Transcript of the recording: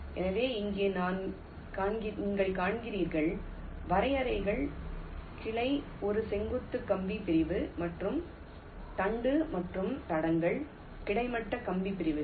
எனவே இங்கே நீங்கள் காண்கிறீர்கள் வரையறைகள் கிளை ஒரு செங்குத்து கம்பி பிரிவு மற்றும் தண்டு மற்றும் தடங்கள் கிடைமட்ட கம்பி பிரிவுகள்